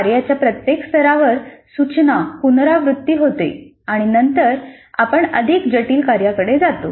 कार्याच्या प्रत्येक स्तरावर सूचना पुनरावृत्ती होते आणि नंतर आपण अधिक जटिल कार्याकडे जातो